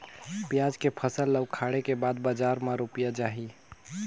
पियाज के फसल ला उखाड़े के बाद बजार मा रुपिया जाही?